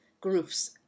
groups